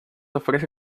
ofrece